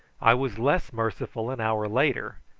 i was less merciful an hour later,